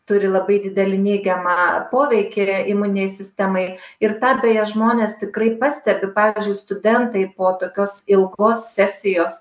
turi labai didelį neigiamą poveikį imuninei sistemai ir tą beje žmonės tikrai pastebi pavyzdžiui studentai po tokios ilgos sesijos